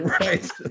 Right